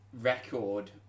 record